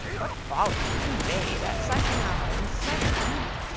what folly! to bathe at such an hour in such heat!